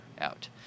out